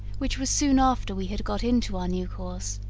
which was soon after we had got into our new course,